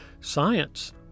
Science